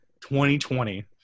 2020